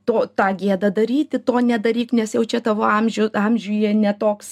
to tą gėdą daryti to nedaryk nes jau čia tavo amžių amžiuje ne toks